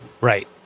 Right